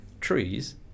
Trees